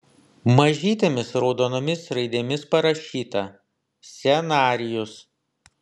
mažytėmis raudonomis raidėmis parašyta scenarijus